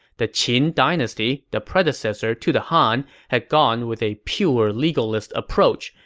the qin dynasty, the predecessor to the han, had gone with a pure legalist approach,